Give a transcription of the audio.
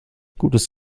gutes